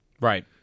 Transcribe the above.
Right